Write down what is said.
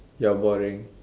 you are boring